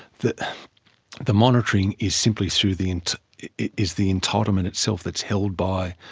the the monitoring is simply through the, and is the entitlement itself that's held by,